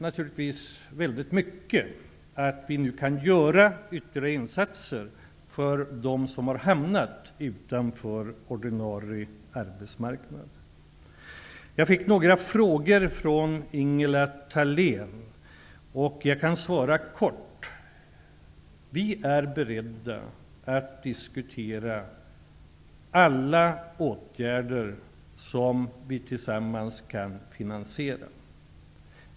Naturligtvis värdesätter jag stort att vi nu kan göra ytterligare insatser för dem som har hamnat utanför ordinarie arbetsmarknad. Ingela Thalèns frågor kan jag kort besvara med: vi är beredda att diskutera alla åtgärder som vi tillsammans kan finansiera.